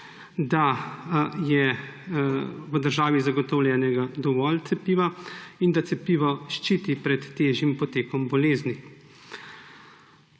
da je v državi zagotovljenega dovolj cepiva in da cepivo ščiti pred težjim potekom bolezni.